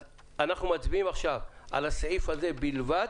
אז אנחנו מצביעים על הסעיף הזה בלבד,